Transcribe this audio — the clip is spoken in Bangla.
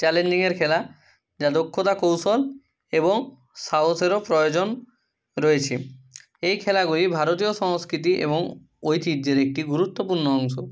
চ্যালেঞ্জিংয়ের খেলা যা দক্ষতা কৌশল এবং সাহসেরও প্রয়োজন রয়েছে এই খেলাগুলি ভারতীয় সংস্কৃতি এবং ঐতিহ্যের একটি গুরুত্বপূর্ণ অংশ